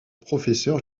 professeur